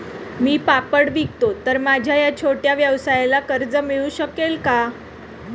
मी पापड विकतो तर माझ्या या छोट्या व्यवसायाला कर्ज मिळू शकेल का?